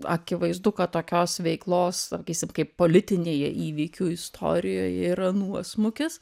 akivaizdu kad tokios veiklos sakysim kaip politinėje įvykių istorijoje yra nuosmukis